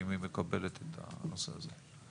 האם היא מקבלת את הנושא הזה?